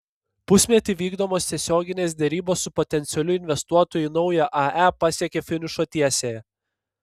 pusmetį vykdomos tiesioginė derybos su potencialiu investuotoju į naują ae pasiekė finišo tiesiąją